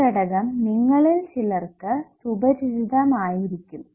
ഈ ഘടകം നിങ്ങളിൽ ചിലർക്ക് സുപരിചിതം ആയിരിക്കും